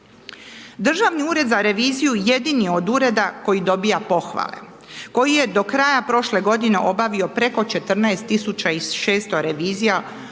Državni ured za reviziju jedini je od ureda koji dobiva pohvale, koji je do kraja prošle godine obavio preko 14 600 revizija,